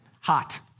hot